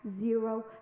zero